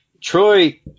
Troy